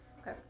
Okay